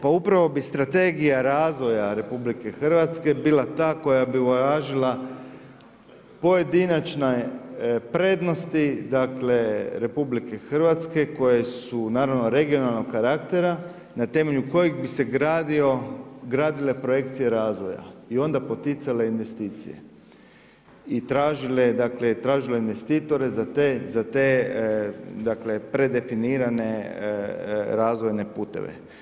Pa upravo bi strategija razvoja RH bila ta koja bi uvažila pojedinačne prednosti RH koje su naravno regionalnog karaktera na temelju kojeg bi se gradile projekcije razvoja i onda poticale investicije i tražile investitore za te predefinirane razvojne puteve.